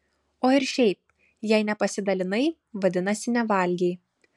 o ir šiaip jei nepasidalinai vadinasi nevalgei